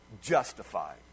justified